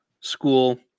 school